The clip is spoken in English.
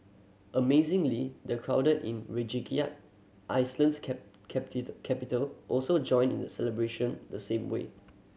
amazingly the crowded in Reykjavik Iceland's capital also joined in the celebration the same way